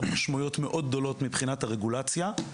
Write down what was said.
לו משמעויות מאוד גדולות מבחינת הרגולציה.